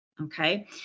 okay